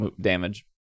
damage